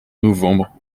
novembre